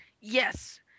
Yes